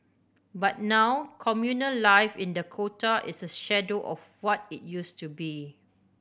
but now communal life in Dakota is a shadow of what it used to be